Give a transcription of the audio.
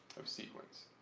of sequence.